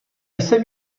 jsem